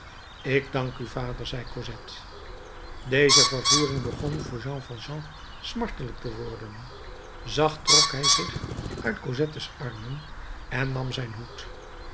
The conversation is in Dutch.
ik dank u vader zei cosette deze vervoering begon voor jean valjean smartelijk te worden zacht trok hij zich uit cosettes armen en nam zijn hoed